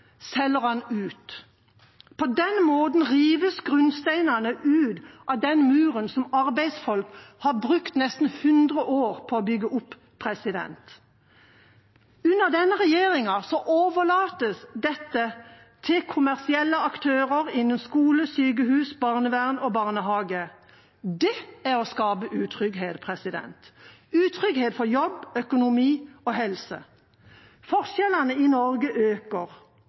selger den ut. På den måten rives grunnsteinene ut av den muren som arbeidsfolk har brukt nesten 100 år på å bygge opp. Under denne regjeringa overlates dette til kommersielle aktører innen skole, sykehus, barnevern og barnehage. Det er å skape utrygghet – utrygghet for jobb, økonomi og helse. Forskjellene i Norge øker.